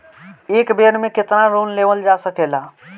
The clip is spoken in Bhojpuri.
एक बेर में केतना लोन लेवल जा सकेला?